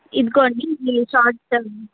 ఇదిగోండి ఈ షాట్స్